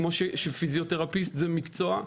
כמו שפיזיותרפיסט זה מקצוע.